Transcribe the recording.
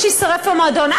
ושיישרף המועדון.